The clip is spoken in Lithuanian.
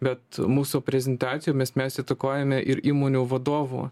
bet mūsų prezentacijomis mes įtakojame ir įmonių vadovų